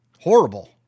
horrible